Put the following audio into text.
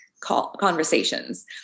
conversations